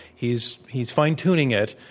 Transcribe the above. he's he's fine tuning it,